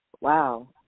Wow